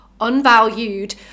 unvalued